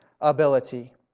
ability